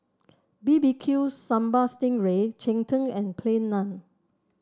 B B Q Sambal Sting Ray Cheng Tng and Plain Naan